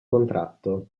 contratto